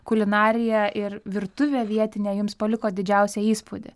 kulinarija ir virtuvė vietinė jums paliko didžiausią įspūdį